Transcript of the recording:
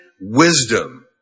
wisdom